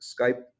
Skype